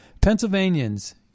Pennsylvanians